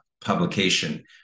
publication